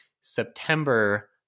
September